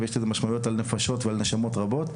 ויש לזה משמעויות על נפשות ועל נשמות רבות.